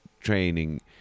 training